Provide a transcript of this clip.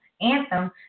anthem